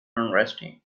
unresting